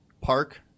park